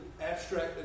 abstract